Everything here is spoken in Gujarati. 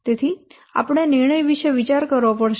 તેથી આપણે નિર્ણય વિશે વિચાર કરવો પડશે